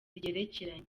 zigerekeranye